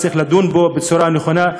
וצריך לדון בו בצורה נכונה.